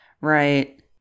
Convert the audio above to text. Right